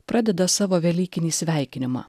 pradeda savo velykinį sveikinimą